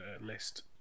list